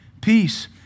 peace